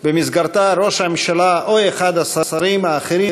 ובמסגרתה יוזמן ראש הממשלה או אחד השרים האחרים,